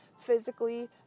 physically